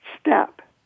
step